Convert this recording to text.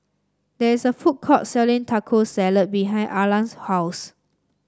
there is a food court selling Taco Salad behind Arlan's house